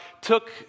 took